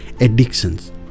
addictions